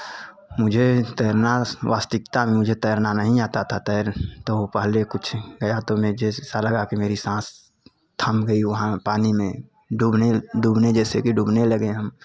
मुझे तैरना वस्तविकता में मुझे तैरना नहीं आता था तैर तो पहले कुछ गया तो मैं जैसे सा लगा की मेरी सांस थम गई वहाँ पानी में डूबने डूबने जैसे कि डूबने लगे हम